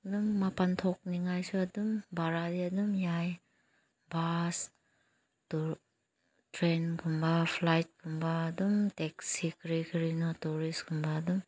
ꯑꯗꯨꯝ ꯃꯄꯥꯟ ꯊꯣꯛꯅꯤꯡꯉꯥꯏꯁꯨ ꯑꯗꯨꯝ ꯕꯔꯥꯁꯦ ꯑꯗꯨꯝ ꯌꯥꯏ ꯕꯁ ꯇꯨꯔ ꯇ꯭ꯔꯦꯟꯒꯨꯝꯕ ꯐ꯭ꯂꯥꯏꯠꯀꯨꯝꯕ ꯑꯗꯨꯝ ꯇꯦꯛꯁꯤ ꯀꯔꯤ ꯀꯔꯤꯅꯣ ꯇꯨꯔꯤꯁꯀꯨꯝꯕ ꯑꯗꯨꯝ